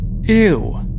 Ew